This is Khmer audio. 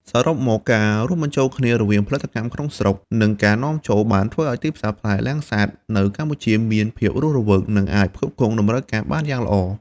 សរុបមកការរួមបញ្ចូលគ្នារវាងផលិតកម្មក្នុងស្រុក និងការនាំចូលបានធ្វើឲ្យទីផ្សារផ្លែលាំងសាតនៅកម្ពុជាមានភាពរស់រវើក និងអាចផ្គត់ផ្គង់តម្រូវការបានយ៉ាងល្អ។